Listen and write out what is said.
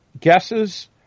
guesses